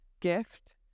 gift